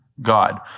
God